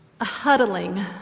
huddling